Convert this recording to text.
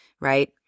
right